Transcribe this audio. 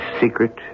secret